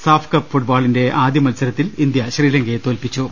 SAFF Cup ഫുട്ബോളിന്റെ ആദ്യമത്സരത്തിൽ India ശ്രീലങ്കയെ തോൽപിച്ചു